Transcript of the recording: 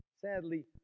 Sadly